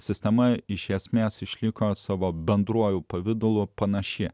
sistema iš esmės išliko savo bendruoju pavidalu panaši